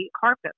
carpet